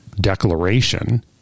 declaration